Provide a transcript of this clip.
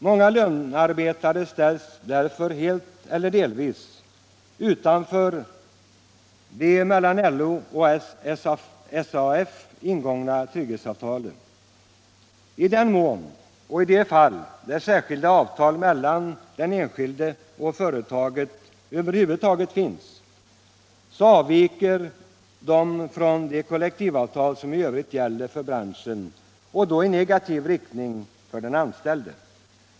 Många lönarbetare ställs därför helt eller delvis utanför de mellan LO och SAF ingångna trygghetsavtalen. I de fall där särskilda avtal mellan den enskilde och företaget över huvud taget finns, avviker dessa från de kollektivavtal som i övrigt gäller för branschen — och då i negativ riktning för den anställde.